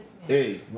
hey